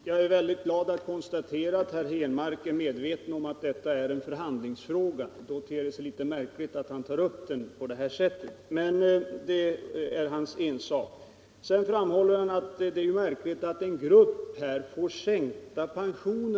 Herr talman! Jag är glad över att konstatera att herr Henmark är medveten om att detta är en förhandlingsfråga. Då ter det sig emellertid märkligt att han tar upp den på detta sätt. Men det är hans ensak. Herr Henmark framhåller att det är mycket ovanligt att en grupp får sänkt statspension.